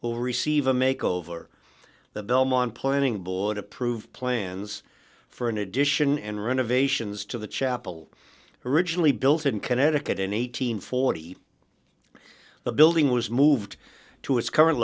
will receive a make over the belmont planning board approved plans for an addition and renovations to the chapel originally built in connecticut in one thousand and forty the building was moved to its current